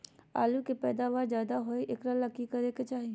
आलु के पैदावार ज्यादा होय एकरा ले की करे के चाही?